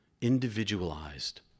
individualized